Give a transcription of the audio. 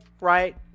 right